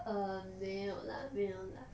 err 没有啦没有啦